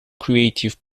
creative